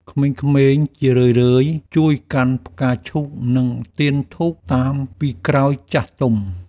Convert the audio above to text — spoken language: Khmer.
ក្មេងៗជារឿយៗជួយកាន់ផ្កាឈូក និងទៀនធូបតាមពីក្រោយចាស់ទុំ។